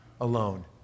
alone